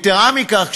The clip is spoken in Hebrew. יתרה מכך,